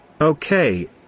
Okay